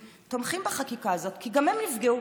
תומכים בחקיקה הזאת כי גם הם נפגעו.